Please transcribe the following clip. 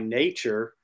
nature